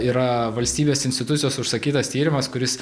yra valstybės institucijos užsakytas tyrimas kuris